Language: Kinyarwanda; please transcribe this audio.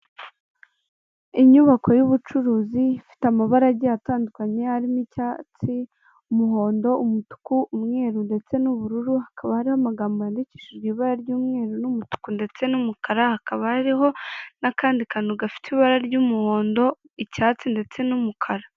Inyubako y'ubucuruzi ifite amabara agiye atandukanye harimo: icyatsi, umuhondo, umutuku, umweru ndetse n'ubururu, hakaba hariho amagambo yandikishijwe ibara ry'umweru, n'umutuku ndetse n'umukara, hakaba hariho n'akandi kantu gafite ibara ry'umuhondo, icyatsi ndetse n'umukara.